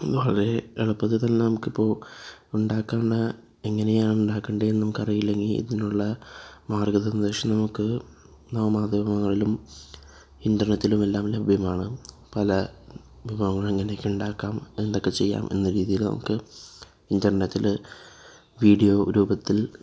വളരെ എളുപ്പത്തിൽ തന്നെ നമുക്കിപ്പോൾ ഉണ്ടാക്കണ എങ്ങനെയാണുണ്ടാക്കേണ്ടതെന്നു നമുക്കറിയില്ലെങ്കിൽ ഇതിനുള്ള മാർഗ്ഗനിർദ്ദേശങ്ങൾക്ക് നമുക്ക് നവമാധ്യമങ്ങളിലും ഇൻ്റെനെറ്റിലുമെല്ലാം ലഭ്യമാണ് പല വിഭവങ്ങൾ എങ്ങനെയൊക്കെ ഉണ്ടാക്കാം എന്തൊക്കെ ചെയ്യാം എന്നരീതിയിൽ നമുക്ക് ഇൻ്റർനെറ്റിൽ വീഡിയോ രൂപത്തിൽ